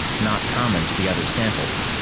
not common to the other samples.